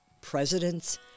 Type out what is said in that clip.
presidents